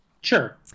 sure